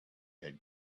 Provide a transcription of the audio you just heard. had